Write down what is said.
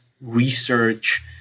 research